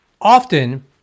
often